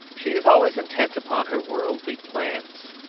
she is always intent upon her worldly plans,